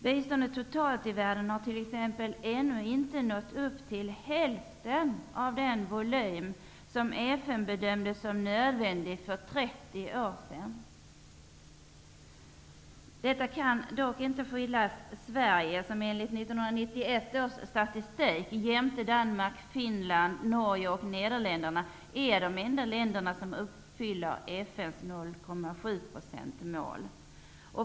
Det totala biståndet i världen har t.ex. ännu inte nått upp till hälften av den volym som FN bedömde som nödvändig för 30 år sedan. Detta kan dock inte skyllas på Sverige, som enligt 1991 års statistik jämte Danmark, Finland, Norge och Nederländerna är de enda land som uppfyller FN:s 0,7-procentsmål.